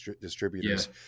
distributors